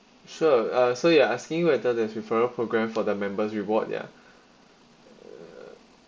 sure uh so you are asking whether there's referral program for the member's reward ya